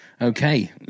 Okay